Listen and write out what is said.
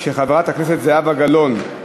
של חברת הכנסת זהבה גלאון.